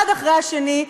אחד אחרי השני,